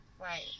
Right